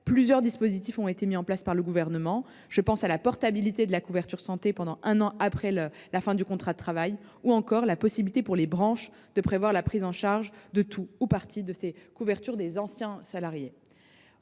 plusieurs dispositifs ont été mis en place par le Gouvernement. Je pense à la portabilité de la couverture santé pendant un an après la fin du contrat de travail ou encore la possibilité pour les branches de prévoir la prise en charge de tout ou partie de la couverture des anciens salariés.